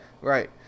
Right